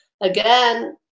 again